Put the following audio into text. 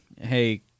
hey